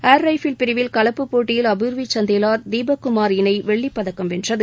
air rifle பிரிவில் கலப்பு போட்டியில் அபூர்வி சண்டேலா தீபக் குமார் இணை வெள்ளிப்பதக்கம் வென்றது